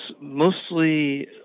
mostly